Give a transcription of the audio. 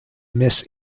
miss